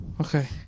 Okay